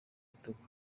bitugu